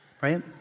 Right